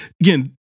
again